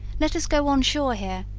let us go on shore here,